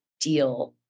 deal